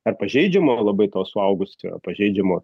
ar pažeidžiamo labai to suaugusiojo pažeidžiamo